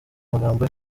magambo